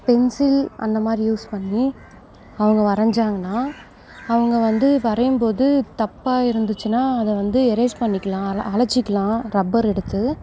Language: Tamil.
பென்சில் அந்த மாதிரி யூஸ் பண்ணி அவங்க வரைஞ்சாங்கனா அவங்க வந்து வரையும் போது தப்பாக இருந்துச்சுனா அதை வந்து எரேஸ் பண்ணிக்கலாம் அ அழிச்சிக்கிலாம் ரப்பர் எடுத்து